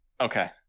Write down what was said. Okay